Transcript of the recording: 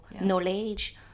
knowledge